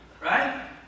Right